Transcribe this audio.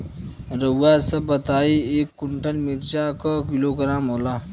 रउआ सभ बताई एक कुन्टल मिर्चा क किलोग्राम होला?